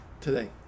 today